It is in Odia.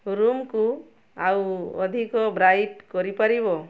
ରୁମ୍କୁ ଆଉ ଅଧିକ ବ୍ରାଇଟ୍ କରିପାରିବ